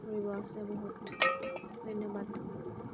ফুৰিব আছে বহুত ধন্যবাদ